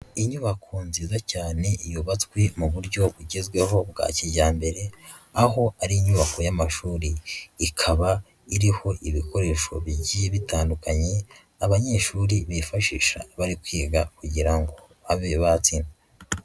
Inyubako nziza cyane yubatswe mu buryo bugezweho bwa kijyambere aho ari inyubako y'amashuri, ikaba iriho ibikoresho bigiye bitandukanye abanyeshuri bifashisha baribyiga kugira ngo babe batsinda.